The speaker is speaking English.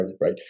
right